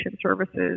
services